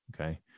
Okay